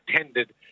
attended